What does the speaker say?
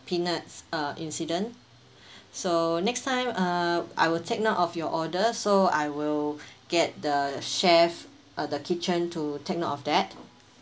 peanuts uh incident so next time uh I will take note of your order so I will get the chef uh the kitchen to take note of that